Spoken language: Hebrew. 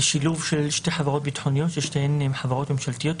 זה שילוב של שתי חברות ביטחוניות ששתיהן הן חברות ממשלתיות,